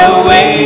away